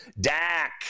Dak